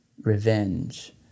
Revenge